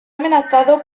amenazado